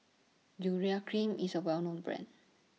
Urea Cream IS A Well known Brand